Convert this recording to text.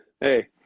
Hey